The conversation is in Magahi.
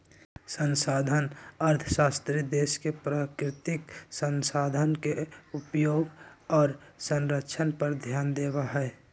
संसाधन अर्थशास्त्री देश के प्राकृतिक संसाधन के उपयोग और संरक्षण पर ध्यान देवा हई